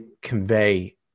convey